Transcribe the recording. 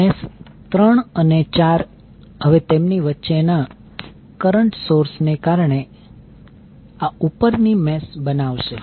mesh 3 અને 4 હવે તેમની વચ્ચેના કરંટ સોર્સ ને કારણે આ ઉપરની મેશ બનાવશે